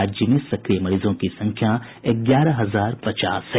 राज्य में सक्रिय मरीजों की संख्या ग्यारह हजार पचास है